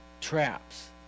traps